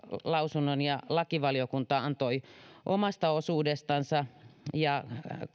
lausunnon lakivaliokunta antoi omasta osuudestansa ja